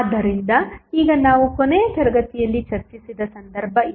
ಆದ್ದರಿಂದ ಈಗ ನಾವು ಕೊನೆಯ ತರಗತಿಯಲ್ಲಿ ಚರ್ಚಿಸಿದ ಸಂದರ್ಭ ಇದು